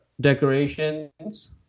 decorations